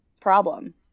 problem